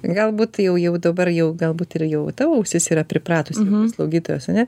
galbūt jau jau dabar jau galbūt ir jau tavo ausis yra pripratusi slaugytojos ane